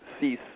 cease